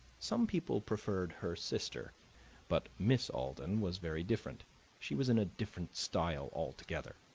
some people preferred her sister but miss alden was very different she was in a different style altogether.